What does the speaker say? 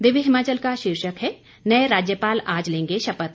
दिव्य हिमाचल का शीर्षक है नए राज्यपाल आज लेंगे शपथ